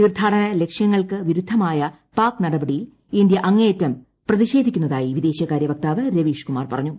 തീർത്ഥാടന ലക്ഷ്യങ്ങൾക്ക് വിരുദ്ധമായ പാക് നടപടിയിൽ ഇന്ത്യ അങ്ങേയറ്റം പ്രതിഷേധിക്കുന്നതായി വിദേശകാര്യ വക്താവ് രവീഷ് കുമാർ പറഞ്ഞു